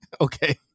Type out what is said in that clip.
Okay